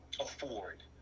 afford